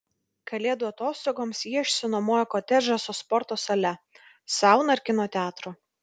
kalėdų atostogoms jie išsinuomojo kotedžą su sporto sale sauna ir kino teatru